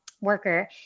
worker